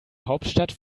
hauptstadt